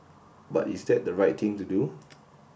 but is that the right thing to do